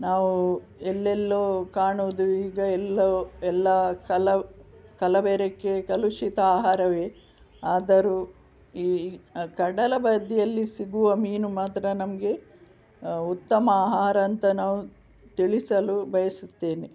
ನಾವು ಎಲ್ಲೆಲ್ಲೋ ಕಾಣುವುದು ಈಗ ಎಲ್ಲೋ ಎಲ್ಲಾ ಕಲ ಕಲಬೇರಕೆ ಕಲುಷಿತ ಆಹಾರವೇ ಆದರೂ ಈ ಕಡಲ ಬದಿಯಲ್ಲಿ ಸಿಗುವ ಮೀನು ಮಾತ್ರ ನಮಗೆ ಉತ್ತಮ ಆಹಾರ ಅಂತ ನಾವು ತಿಳಿಸಲು ಬಯಸುತ್ತೇನೆ